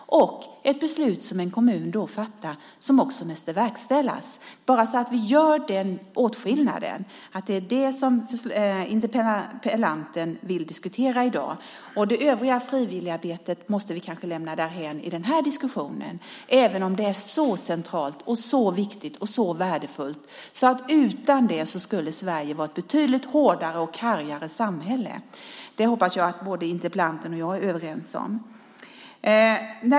Det är ett beslut som en kommun fattar och som måste verkställas. Vi ska göra den åtskillnaden. Det är det som interpellanten vill diskutera i dag. Det övriga frivilligarbetet måste vi kanske lämna därhän i den här diskussionen, även om det är så centralt, viktigt och värdefullt att Sverige skulle vara ett betydligt hårdare och kargare samhälle utan det. Det hoppas jag att interpellanten och jag är överens om.